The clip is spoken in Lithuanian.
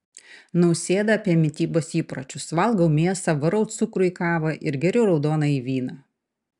nausėda apie mitybos įpročius valgau mėsą varau cukrų į kavą ir geriu raudonąjį vyną